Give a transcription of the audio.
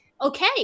Okay